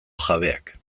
jabeak